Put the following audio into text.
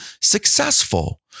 successful